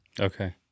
Okay